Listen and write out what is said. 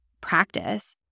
practice